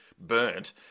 burnt